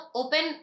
open